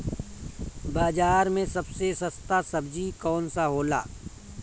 बाजार मे सबसे सस्ता सबजी कौन होला?